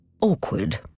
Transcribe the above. awkward